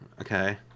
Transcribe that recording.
okay